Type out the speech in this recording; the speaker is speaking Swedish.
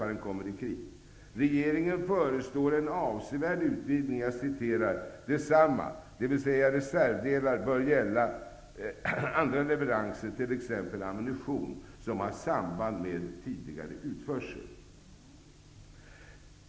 Regeringen föreslår en avsevärd utvidgning: ''Detsamma bör gälla andra leveranser t.ex. ammunition som har samband med tidigare utförsel.''